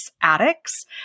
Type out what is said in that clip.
addicts